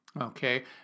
Okay